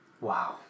Wow